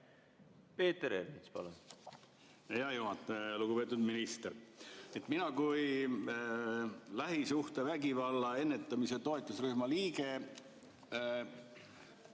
Peeter Ernits, palun! Hea juhataja! Lugupeetud minister! Mina kui lähisuhtevägivalla ennetamise toetusrühma liige